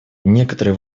некоторые